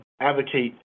advocate